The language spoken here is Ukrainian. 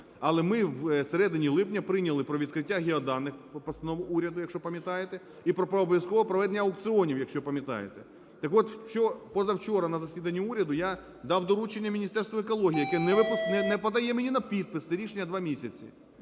Але ми всередині липня прийняли про відкриття геоданих постанову уряду, якщо пам'ятаєте, і про обов'язкове проведення аукціонів, якщо пам'ятаєте. Так от, позавчора на засіданні уряду я дав доручення Міністерству екології, яке не подає мені на підпис це рішення 2 місяці.